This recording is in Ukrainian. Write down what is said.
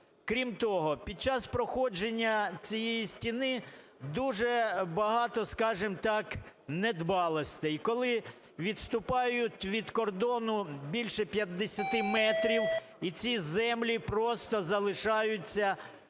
Крім того, під час проходження цієї стіни, дуже багато, скажемо так, недбалостей, коли відступають від кордону більше 50 метрів і ці землі просто залишаються